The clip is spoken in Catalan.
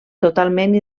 totalment